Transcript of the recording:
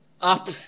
up